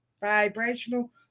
vibrational